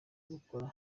gukora